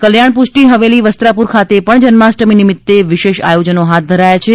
કલ્યાણ પુષ્ટી હવેલી વસ્ત્રાપુર ખાતે પણ જન્માષ્ટમી નિમિત્તે વિશેષ આયોજનો હાથ ધરાય છે